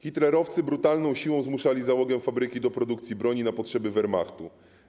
Hitlerowcy brutalną siłą zmuszali załogę fabryki do produkcji broni na potrzeby Wehrmachtu.